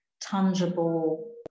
tangible